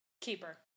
Keeper